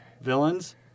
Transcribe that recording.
villains